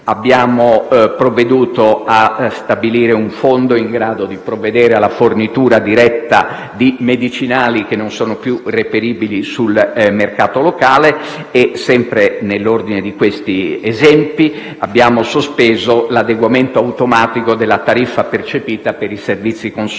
Abbiamo provveduto a stabilire un fondo in grado di provvedere alla fornitura diretta di medicinali che non sono più reperibili sul mercato locale e, sempre nell'ordine di questi esempi, abbiamo sospeso l'adeguamento automatico della tariffa percepita per i servizi consolari,